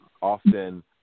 often